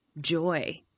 joy